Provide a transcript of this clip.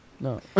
No